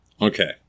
Okay